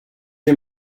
you